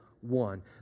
one